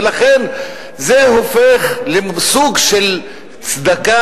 ולכן זה הופך למין סוג של צדקה,